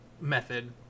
method